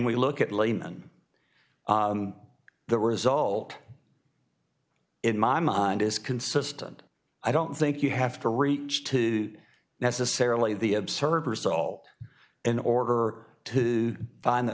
we look at layman the result in my mind is consistent i don't think you have to reach to necessarily the observer stall in order to find that